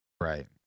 right